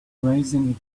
raising